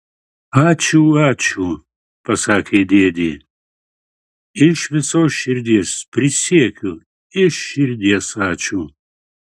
ačiū ačiū pasakė dėdė iš visos širdies prisiekiu iš širdies ačiū